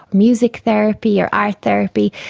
music therapy or art therapy,